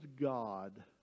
God